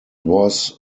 was